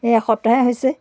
এই এসপ্তাহহে হৈছে